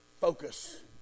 focus